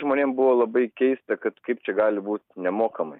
žmonėm buvo labai keista kad kaip čia gali būt nemokamai